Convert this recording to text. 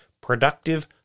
Productive